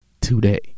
today